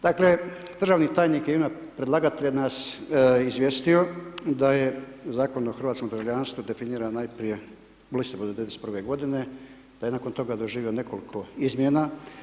Dakle državni tajnik je u ime predlagatelja nas izvijestio da je Zakon o hrvatskom državljanstvu definiran najprije u listopadu '91. godine, da je nakon toga doživio nekoliko izmjena.